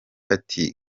ati